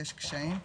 יש קשיים,